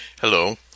Hello